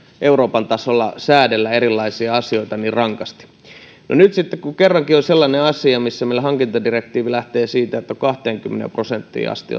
euroopan tasolla säädellä erilaisia asioita niin rankasti no nyt kun kerrankin on sellainen asia missä meillä hankintadirektiivi lähtee siitä että kahteenkymmeneen prosenttiin asti